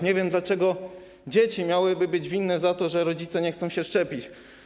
Nie wiem, dlaczego dzieci miałyby być karane za to, że rodzice nie chcą się szczepić.